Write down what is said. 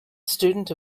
student